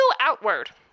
outward